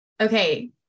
Okay